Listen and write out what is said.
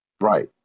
Right